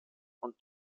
und